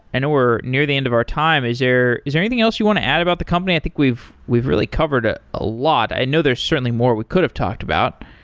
and we're near the end of our time. is there anything else you want to add about the company? i think we've we've really covered a ah lot. i know there're certainly more we could have talked about.